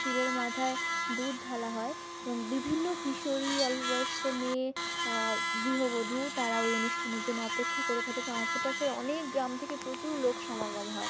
শিবের মাথায় দুধ ঢালা হয় এবং বিভিন্ন কিশোরী অল্প বয়স্ক মেয়ে গৃহবধূ তারা ওই অনুষ্ঠানের জন্য অপেক্ষা করে থাকে আশেপাশের অনেক গ্রাম থেকে প্রচুর লোক সমাগম হয়